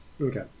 Okay